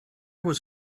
was